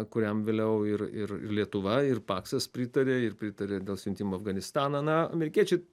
kuriam vėliau ir ir ir lietuva ir paksas pritarė ir pritarė dėl siuntimo į afganistaną na amerikiečiai